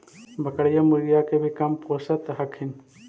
बकरीया, मुर्गीया के भी कमपोसत हखिन?